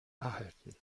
erhalten